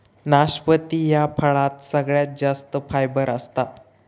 नाशपती ह्या फळात सगळ्यात जास्त फायबर असता